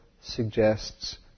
suggests